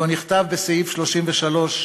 שבו נכתב, בסעיף 33: